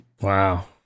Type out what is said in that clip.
Wow